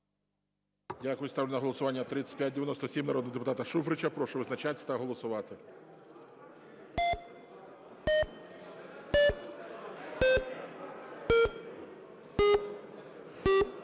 Дякую. Ставлю на голосування 3597 народного депутата Шуфрича. Прошу визначатись та голосувати.